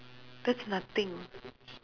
that's nothing